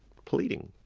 pleading,